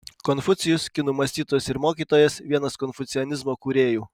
konfucijus kinų mąstytojas ir mokytojas vienas konfucianizmo kūrėjų